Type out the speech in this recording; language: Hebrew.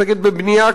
שעוסקת בבנייה,